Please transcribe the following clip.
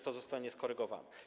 to zostanie skorygowane.